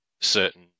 certain